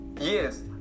Yes